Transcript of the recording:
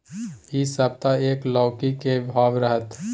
इ सप्ताह एक लौकी के की भाव रहत?